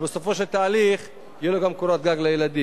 שבסופו של תהליך תהיה לו גם קורת גג לילדים.